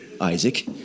Isaac